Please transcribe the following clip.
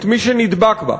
את מי שנדבק בה,